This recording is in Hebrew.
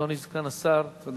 אדוני סגן השר, בבקשה.